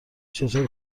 چطور